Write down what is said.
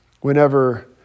Whenever